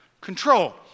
control